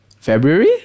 february